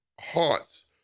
hearts